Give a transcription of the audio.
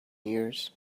years